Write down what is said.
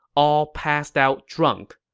all passed out drunk.